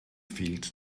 fehlt